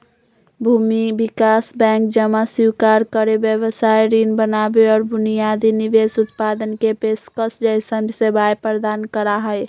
भूमि विकास बैंक जमा स्वीकार करे, व्यवसाय ऋण बनावे और बुनियादी निवेश उत्पादन के पेशकश जैसन सेवाएं प्रदान करा हई